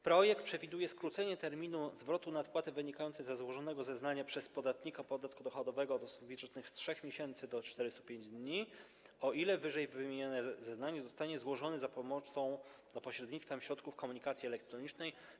Projekt przewiduje skrócenie terminu zwrotu nadpłaty wynikającej ze złożonego zeznania przez podatnika podatku dochodowego od osób fizycznych z 3 miesięcy do 45 dni, o ile ww. zeznanie zostanie złożone za pośrednictwem środków komunikacji elektronicznej.